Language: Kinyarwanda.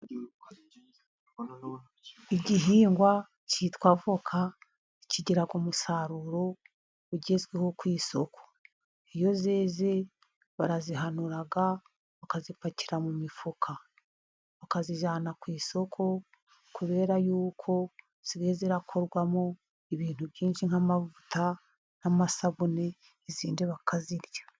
Igihingwa kitwa avoka kigira umusaruro ugezweho ku isoko. Iyo zeze barazihanura bakazipakira mu mifuka, bakazijyana ku isoko. Kubera y'uko ziba zirakorwamo ibintu byinshi, nk'amavuta n'amasabune, izindi bakazirya.